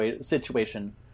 situation